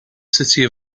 city